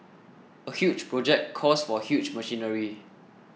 a huge project calls for huge machinery